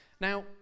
Now